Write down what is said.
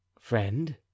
friend